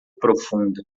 profunda